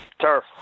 Turf